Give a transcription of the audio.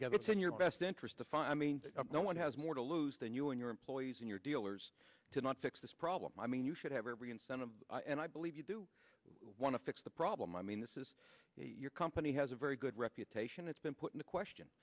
together it's in your best interest if i mean no one has more to lose than you and your employees and your dealers to not fix this problem i mean you should have every incentive and i believe you do want to fix the problem i mean this is your company has a very good reputation it's been put into question